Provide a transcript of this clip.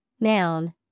Noun